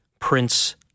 Prince